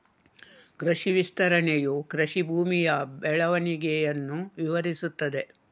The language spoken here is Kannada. ಕೃಷಿ ವಿಸ್ತರಣೆಯು ಕೃಷಿ ಭೂಮಿಯ ಬೆಳವಣಿಗೆಯನ್ನು ವಿವರಿಸುತ್ತದೆ